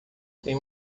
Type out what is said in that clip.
tem